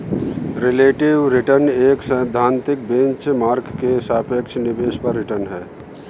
relative return एक सैद्धांतिक benchmark के सापेक्ष निवेश पर रिटर्न है